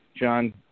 John